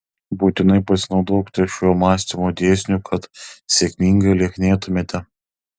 būtinai pasinaudokite šiuo mąstymo dėsniu kad sėkmingai lieknėtumėte